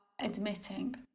admitting